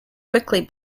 quickly